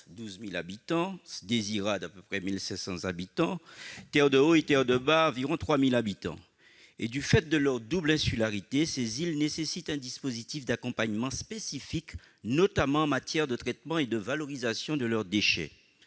12 000 habitants, de la Désirade, à peu près 1 500 habitants, et de Terre-de-Haut et Terre-de-Bas, environ 3 000 habitants. Du fait de cette double insularité, ces îles nécessitent un dispositif d'accompagnement spécifique, notamment en matière de traitement et de valorisation de leurs déchets.